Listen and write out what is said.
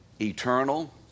eternal